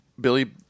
Billy